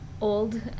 old